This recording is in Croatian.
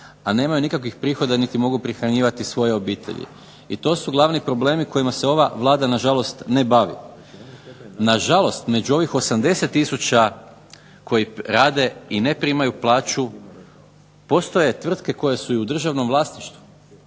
a nemaju nikakvih prihoda, niti mogu prehranjivati svoje obitelji, i to su glavni problemi kojima se ova Vlada na žalost ne bavi. Na žalost među ovih 80 tisuća koji rade i ne primaju plaću postoje tvrtke koje su i u državnom vlasništvu.